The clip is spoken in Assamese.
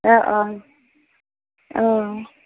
অঁ অঁ অঁ